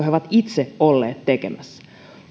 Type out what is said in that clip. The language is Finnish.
he ovat itse olleet tekemässä